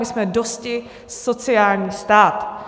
My jsme dosti sociální stát.